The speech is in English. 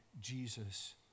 Jesus